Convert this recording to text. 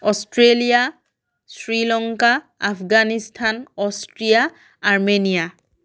Australia Sri Lanka Afghanistan Austria Armenia